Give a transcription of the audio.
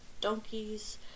donkeys